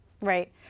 Right